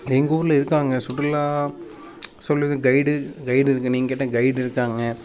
எங்கூரில் இருக்காங்க சுற்றுலா சொல்லு கைடு கைடு இருக்குது நீங்கள் கேட்ட கைடு இருக்காங்க